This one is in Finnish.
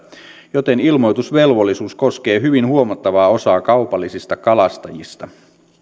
joten ilmoitusvelvollisuus koskee hyvin huomattavaa osaa kaupallisista kalastajista